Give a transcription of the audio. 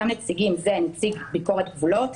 אותם נציגים זה נציג ביקורת גבולות,